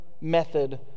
method